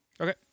Okay